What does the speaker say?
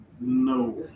No